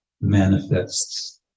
manifests